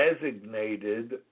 designated